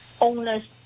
owners